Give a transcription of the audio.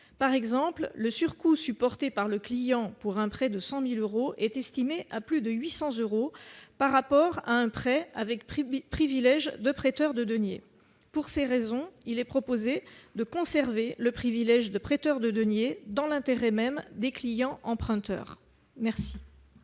Par exemple, le surcoût supporté par le client pour un prêt de 100 000 euros est estimé à plus de 800 euros par rapport à un prêt avec privilège de prêteur de deniers. Pour ces raisons, il est proposé de conserver le privilège de prêteur de deniers, dans l'intérêt même des clients emprunteurs. Quel